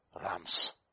rams